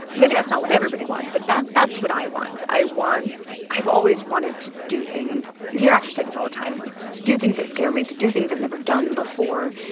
maybe that's not what everybody wants, but that's what i want. i want i've always wanted to do things you hear actors say this all the time to do things that scare me, to do things i've never done before,